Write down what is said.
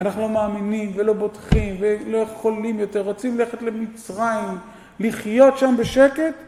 אנחנו לא מאמינים, ולא בוטחים, ולא יכולים יותר, רוצים ללכת למצרים, לחיות שם בשקט..